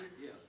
Yes